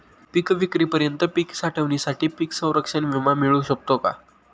पिकविक्रीपर्यंत पीक साठवणीसाठी पीक संरक्षण विमा मिळू शकतो का?